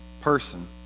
person